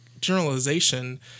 generalization